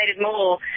more